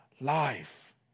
life